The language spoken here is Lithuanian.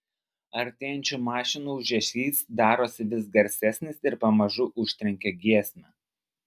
artėjančių mašinų ūžesys darosi vis garsesnis ir pamažu užtrenkia giesmę